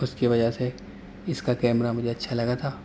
اس کی وجہ سے اس کا کیمرہ مجھے اچھا لگا تھا